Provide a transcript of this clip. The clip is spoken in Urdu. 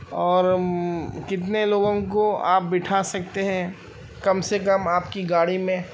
اور کتنے لوگوں کو آپ بٹھا سکتے ہیں کم سے کم آپ کی گاڑی میں